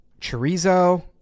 chorizo